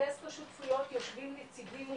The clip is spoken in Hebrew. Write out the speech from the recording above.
בדסק השותפויות יושבים נציגים,